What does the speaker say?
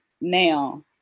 now